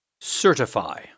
Certify